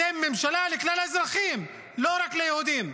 אתם ממשלה לכלל האזרחים, לא רק ליהודים.